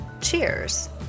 Cheers